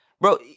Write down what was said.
Bro